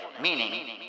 meaning